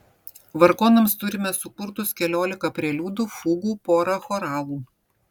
vargonams turime sukurtus keliolika preliudų fugų porą choralų